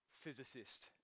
physicist